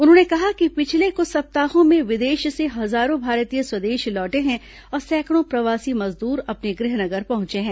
उन्होंने कहा कि पिछले क्छ सप्ताहों में विदेश से हजारों भारतीय स्वंदेश लौटे हैं और सैकडों प्रवासी मजदूर अपने गृह नगर पहुंचे हैं